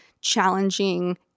challenging